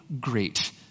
great